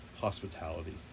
hospitality